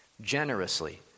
Generously